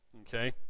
Okay